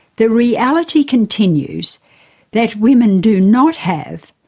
the reality continues that women do not have,